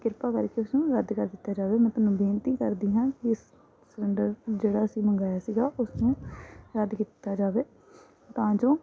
ਕਿਰਪਾ ਕਰਕੇ ਉਸਨੂੰ ਰੱਦ ਕਰ ਦਿੱਤਾ ਜਾਵੇ ਮੈਂ ਤੁਹਾਨੂੰ ਬੇਨਤੀ ਕਰਦੀ ਹਾਂ ਇਸ ਸਿਲੰਡਰ ਜਿਹੜਾ ਅਸੀਂ ਮੰਗਵਾਇਆ ਸੀਗਾ ਉਸ ਨੂੰ ਰੱਦ ਕੀਤਾ ਜਾਵੇ ਤਾਂ ਜੋ